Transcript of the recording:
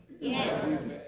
Yes